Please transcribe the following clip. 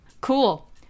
cool